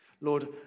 lord